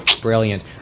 Brilliant